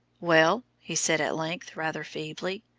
well, he said at length, rather feebly,